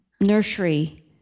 nursery